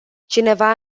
cineva